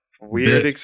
weird